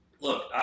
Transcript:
Look